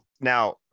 Now